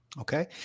Okay